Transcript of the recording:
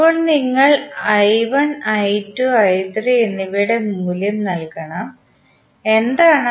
ഇപ്പോൾ നിങ്ങൾ എന്നിവയുടെ മൂല്യം നൽകണം എന്താണ്